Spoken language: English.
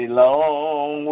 long